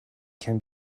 can